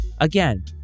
Again